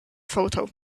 photo